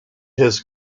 his